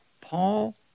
Paul